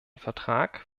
vertrag